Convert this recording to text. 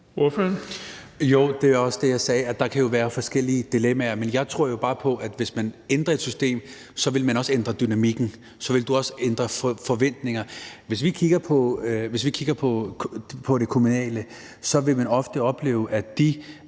(FG): Jo, det var også det, jeg sagde, altså at der jo kan være forskellige dilemmaer. Men jeg tror jo bare på, at man, hvis man ændrer et system, så også vil ændre dynamikken, og at du også vil ændre forventninger. Hvis vi kigger på det kommunale, vil vi ofte opleve, at de